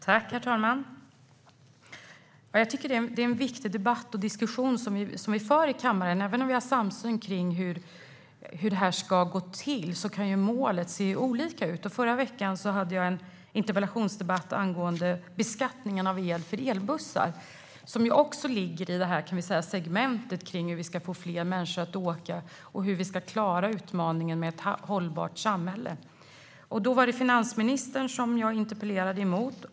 Herr talman! Jag tycker att det är en viktig debatt och diskussion som vi för i kammaren. Även om vi har samsyn kring hur det här ska gå till kan målet se olika ut. Förra veckan hade jag en interpellationsdebatt angående beskattningen av el för elbussar, vilket också ligger i det här segmentet - hur vi ska få fler människor att åka kollektivt och hur vi ska klara utmaningen med ett hållbart samhälle. Då var det finansministern jag interpellerade.